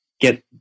get